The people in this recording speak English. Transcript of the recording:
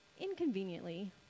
inconveniently